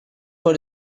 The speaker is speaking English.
for